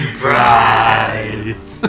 prize